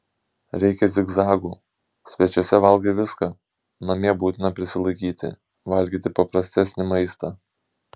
reikia zigzagų svečiuose valgai viską namie būtina prisilaikyti valgyti paprastesnį maistą